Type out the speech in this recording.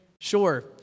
sure